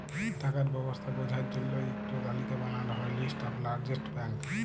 টাকার ব্যবস্থা বঝার জল্য ইক টো তালিকা বানাল হ্যয় লিস্ট অফ লার্জেস্ট ব্যাঙ্ক